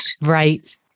Right